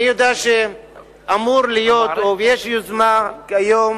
אני יודע שאמורה להיות, או יש יוזמה כיום,